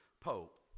Pope